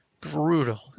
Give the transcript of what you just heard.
brutal